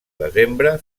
desembre